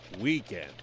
weekend